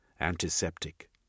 antiseptic